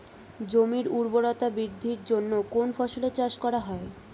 জমির উর্বরতা বৃদ্ধির জন্য কোন ফসলের চাষ করা হয়?